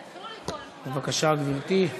בבקשה, גברתי.